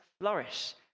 flourish